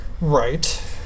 Right